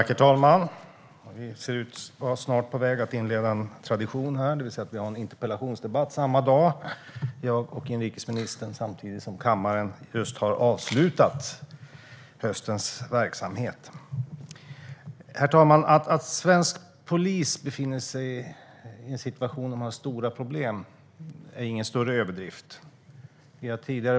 Herr talman! Det är på väg att bli en tradition att jag och inrikesministern har en interpellationsdebatt samma dag som kammaren har avslutat höstens verksamhet. Herr talman! Att svensk polis har stora problem är ingen större överdrift.